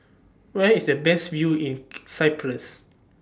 Where IS The Best View in Cyprus